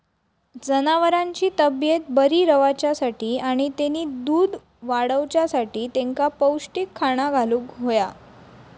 जनावरांची तब्येत बरी रवाच्यासाठी आणि तेनी दूध वाडवच्यासाठी तेंका पौष्टिक खाणा घालुक होया